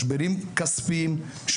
משברים כספיים,